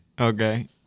Okay